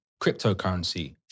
cryptocurrency